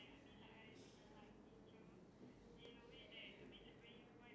it's fun ya ya ya no back in the day when there is